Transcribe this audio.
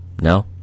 No